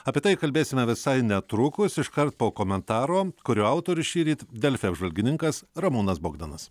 apie tai kalbėsime visai netrukus iškart po komentaro kurio autorius šįryt delfi apžvalgininkas ramūnas bogdanas